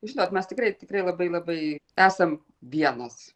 žinot mes tikrai tikrai labai labai esam vienas